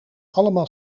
allemaal